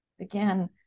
again